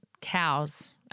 cows